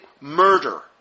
murder